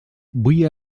vull